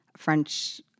French